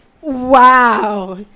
Wow